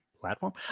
platform